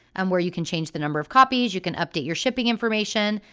and where you can change the number of copies, you can update your shipping information,